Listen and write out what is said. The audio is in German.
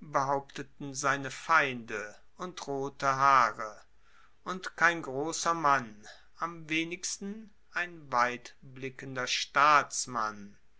behaupteten seine feinde und rote haare und kein grosser mann am wenigsten ein weitblickender staatsmann